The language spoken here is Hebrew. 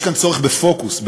יש כאן צורך בפוקוס,